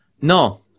No